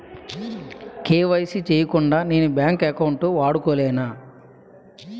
KYC చేయకుండా నేను bank account వాడుకొలేన?